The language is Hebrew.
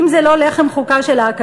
אם זה לא לחם חוקה של האקדמיה,